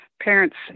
parents